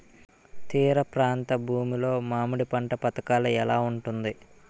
తీర ప్రాంత భూమి లో మామిడి పంట పథకాల ఎలా ఉంటుంది?